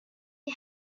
you